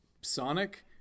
Sonic